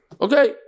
Okay